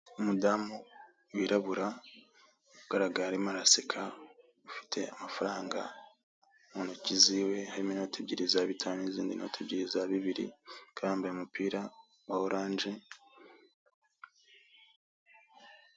Umudamu wirabura ugaragara arimo araseka, ufite amafaranga mu ntozi ziwe harimo inote ebyiri za bitanu n'izindi note ebyiri za bibiri, akaba yambaye umupira wa oranje,